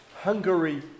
Hungary